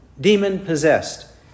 demon-possessed